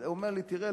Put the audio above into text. הוא אומר לי: תראה,